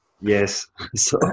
Yes